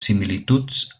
similituds